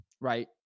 right